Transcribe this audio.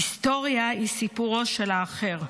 היסטוריה היא סיפורו של האחר.